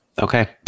Okay